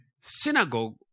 synagogue